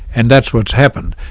and that's what's happened.